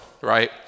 right